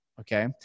okay